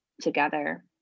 together